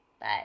Bye